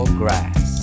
grass